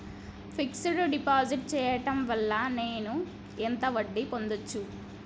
Fix డ్ deposit చేయటం వల్ల నేను ఎంత వడ్డీ పొందచ్చు?